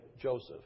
Joseph